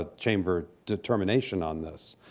ah chamber determination on this.